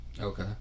Okay